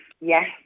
Yes